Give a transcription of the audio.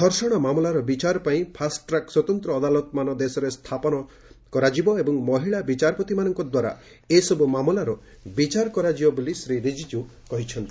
ଧର୍ଷଣ ମାମଲାର ବିଚାର ପାଇଁ ଫାଷ୍ଟଟ୍ରାକ୍ ସ୍ୱତନ୍ତ ଅଦାଲତମାନ ଦେଶରେ ସ୍ଥାପନ କରାଯିବ ଏବଂ ମହିଳା ବିଚାରପତିମାନଙ୍କ ଦ୍ୱାରା ଏସବ୍ର ମାମଲାର ବିଚାର କରାଯିବ ବୋଲି ଶ୍ରୀ ରିଜିଜ୍ କହିଛନ୍ତି